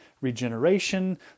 regeneration